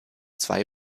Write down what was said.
zwei